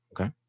Okay